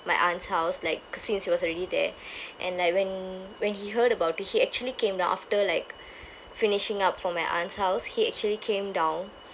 my aunt's house like since he was already there and like when when he heard about it he actually came down after like finishing up for my aunt's house he actually came down